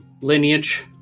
lineage